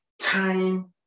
time